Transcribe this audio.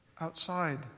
outside